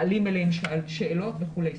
מעלים אליהם שאלות וכולי.